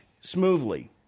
smoothly